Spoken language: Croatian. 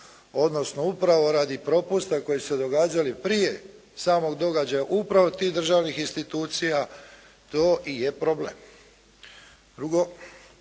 odnosno upravo radi propusta koji su se događali prije samog događaja upravo tih državnih institucija to je problem.